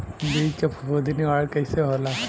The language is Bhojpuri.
बीज के फफूंदी निवारण कईसे होला?